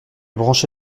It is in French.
branché